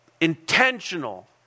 intentional